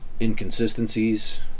inconsistencies